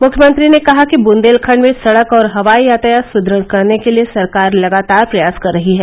मुख्यमंत्री ने कहा कि बुन्देलखण्ड में सड़क और हवाई यातयात सुदृढ़ करने के लिये सरकार लगातार प्रयास कर रही है